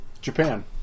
Japan